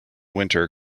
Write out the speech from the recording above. winter